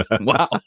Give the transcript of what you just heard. Wow